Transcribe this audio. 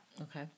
Okay